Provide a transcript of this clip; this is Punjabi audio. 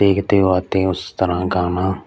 ਦੇਖਦੇ ਹੋ ਅਤੇ ਉਸ ਤਰ੍ਹਾਂ ਗਾਣਾ